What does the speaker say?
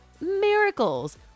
miracles